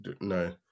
no